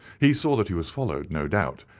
he saw that he was followed, no doubt,